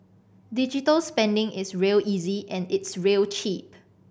digital spending is real easy and it's real cheap